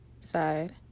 side